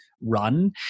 run